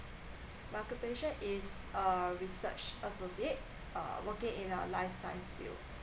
my occupation is uh research associate working in a life science skill